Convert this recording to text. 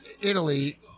Italy